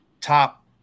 Top